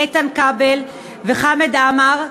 איתן כבל וחמד עמאר,